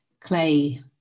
clay